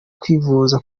kwivuza